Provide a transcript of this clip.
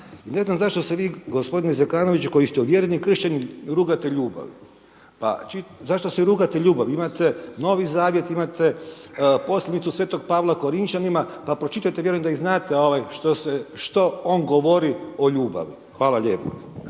ne znam zašto se vi gospodine Zakonović koji ste uvjereni kršćanin, rugate ljubavi. Zašto se rugate ljubavi, imate Novi zavjet, imate poslanicu Sv. Pavla Korinćanima, pa pročitajte, vjerujem da i znate, što on govori o ljubavi. Hvala lijepo.